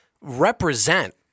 represent